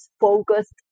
focused